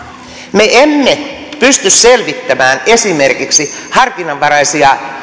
me emme pysty selvittämään esimerkiksi harkinnanvaraisia